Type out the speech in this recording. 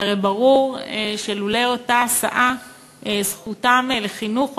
הרי ברור שלולא אותה הסעה זכותם לחינוך או